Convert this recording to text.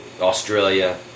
Australia